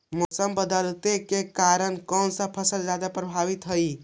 मोसम बदलते के कारन से कोन फसल ज्यादा प्रभाबीत हय?